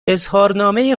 اظهارنامه